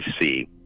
see